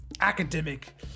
academic